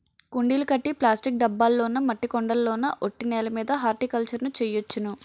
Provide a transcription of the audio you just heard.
కుండీలు కట్టి ప్లాస్టిక్ డబ్బాల్లోనా మట్టి కొండల్లోన ఒట్టి నేలమీద హార్టికల్చర్ ను చెయ్యొచ్చును